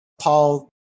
Paul